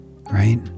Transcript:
Right